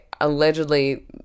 allegedly –